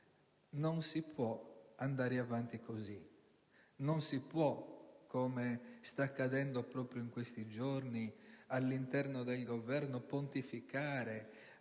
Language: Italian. Non si può andare avanti così. Non si può, come sta accadendo proprio in questi giorni all'interno del Governo, pontificare